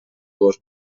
dues